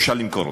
אפשר למכור אותם?